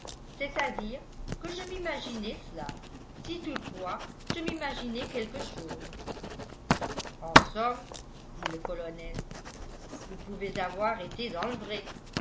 c'est-à-dire que je m'imaginais cela si toutefois je m'imaginais quelque chose en somme dit le colonel vous pouvez avoir été dans le vrai